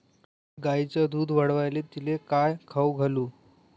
गायीचं दुध वाढवायले तिले काय खाऊ घालू?